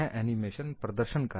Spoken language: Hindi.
यह एनिमेशन प्रदर्शनकारी है